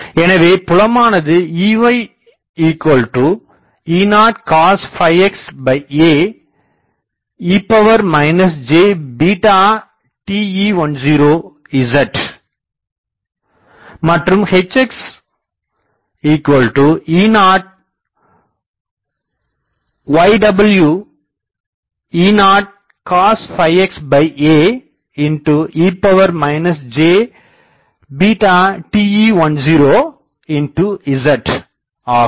எனவே புலமானது EyE0cosxae jTE10Z மற்றும் HxE0 ywE0cosxae jTE10Z ஆகும்